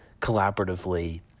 collaboratively